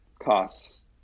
costs